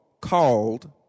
called